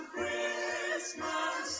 Christmas